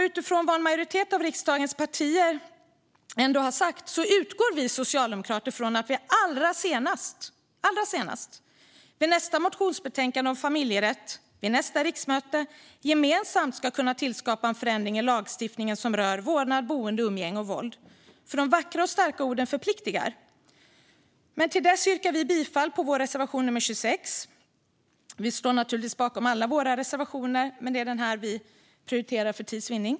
Utifrån vad en majoritet av riksdagens partier har sagt utgår vi socialdemokrater från att vi allra senast i nästa motionsbetänkande om familjerätt, under nästa riksmöte, gemensamt ska kunna tillskapa en förändring i den lagstiftning som rör vårdnad, boende och umgänge vid våld. De vackra och starka orden förpliktar. Men nu yrkar vi bifall till vår reservation nummer 26. Vi står naturligtvis bakom alla våra reservationer, men för tids vinning prioriterar vi denna.